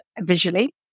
visually